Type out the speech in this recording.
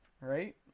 right